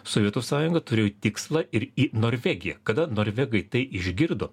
sovietų sąjunga turėjo tikslą ir į norvegiją kada norvegai tai išgirdo